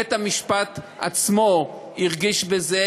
בית-המשפט עצמו הרגיש בזה,